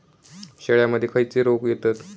शेळ्यामध्ये खैचे रोग येतत?